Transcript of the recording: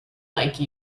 like